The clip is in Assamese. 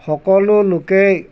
সকলো লোকেই